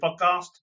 podcast